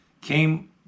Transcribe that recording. came